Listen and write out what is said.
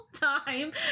time